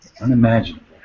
Unimaginable